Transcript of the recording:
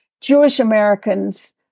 Jewish-Americans